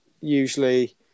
usually